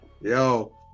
Yo